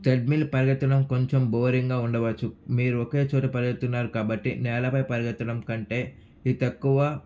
treadmill పరిగెత్తడం కొంచెం బోరింగ్గా ఉండవచ్చు మీరు ఒకే చోట పరిగెడుతున్నారు కాబట్టి నేలపై పరిగెత్తడం కంటే ఇది తక్కువ